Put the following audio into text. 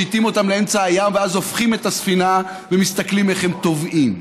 משיטים אותם לאמצע הים ואז הופכים את הספינה ומסתכלים איך הם טובעים.